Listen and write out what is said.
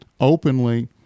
openly